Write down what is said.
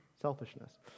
selfishness